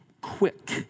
quick